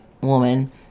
woman